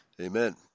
Amen